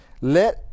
Let